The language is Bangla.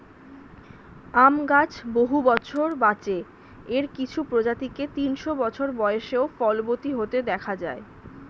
আম গাছ বহু বছর বাঁচে, এর কিছু প্রজাতিকে তিনশো বছর বয়সেও ফলবতী হতে দেখা যায়